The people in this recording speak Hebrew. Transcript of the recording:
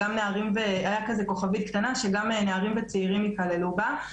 הייתה כוכבית קטנה שגם נערים וצעירים יכללו בה.